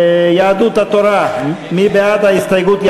יהדות התורה, מי בעד ההסתייגות?